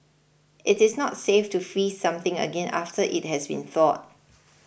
it is not safe to freeze something again after it has been thawed